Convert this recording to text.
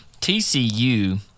TCU